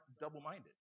double-minded